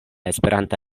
esperanto